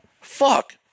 fuck